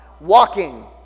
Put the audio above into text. Walking